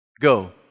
Go